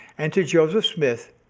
and to joseph smith,